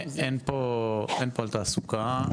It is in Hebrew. אין פה משהו על תעסוקה.